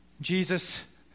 Jesus